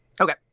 Okay